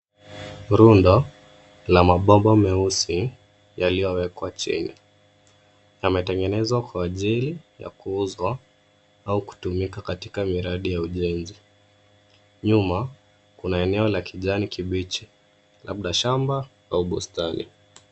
Rundo la mabomba meusi yaliyowekwa chini. Yametengenezwa kwa ajili ya kuuzwa au kutumika katika miradi ya ujenzi. Nyuma kuna eneo la kijani kibichi labda shamba au bustani.